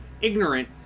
ignorant